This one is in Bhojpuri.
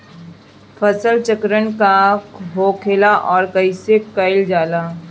फसल चक्रण का होखेला और कईसे कईल जाला?